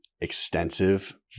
extensive